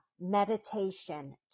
meditation